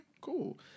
cool